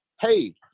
hey